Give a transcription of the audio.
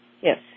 Yes